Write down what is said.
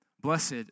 Blessed